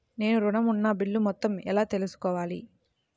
నేను ఋణం ఉన్న బిల్లు మొత్తం ఎలా తెలుసుకోవాలి?